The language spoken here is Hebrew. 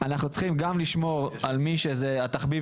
אנחנו צריכים גם לשמור על מי שזה התחביב